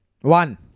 One